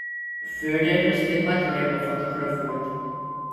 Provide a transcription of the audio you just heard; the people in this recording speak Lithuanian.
fiureris taip pat mėgo fotografuoti